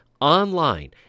online